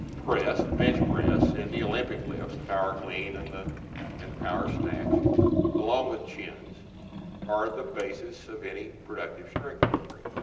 press, the bench-press and the olympic lifts, power clean and the and power snatch along with chins are the basis of any productive strength program.